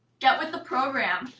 get with the program.